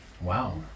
Wow